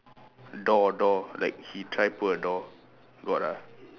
door door like he try put a door got ah